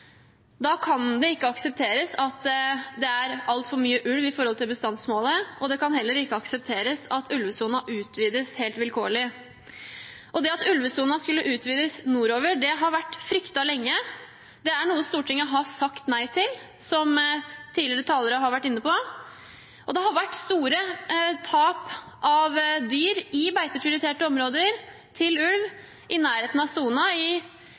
Da kan det ikke aksepteres at det er altfor mye ulv i forhold til bestandsmålet. Det kan heller ikke aksepteres at ulvesonen utvides helt vilkårlig. Det at ulvesonen skulle utvides nordover, har vært fryktet lenge. Det er noe Stortinget har sagt nei til, som tidligere talere har vært inne på, og det har vært store tap av dyr i beiteprioriterte områder til ulv i nærheten av sonen i